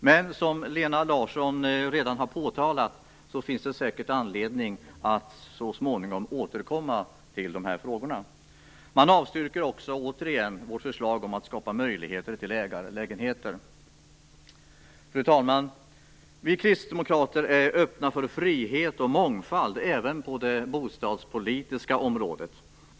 Men, som Lena Larsson redan har påtalat, finns det säkert anledning att så småningom återkomma till dessa frågor. Man avstyrker också återigen vårt förslag om att skapa möjligheter till ägarlägenheter. Fru talman! Vi kristdemokrater är öppna för frihet och mångfald även på det bostadspolitiska området.